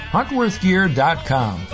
Huntworthgear.com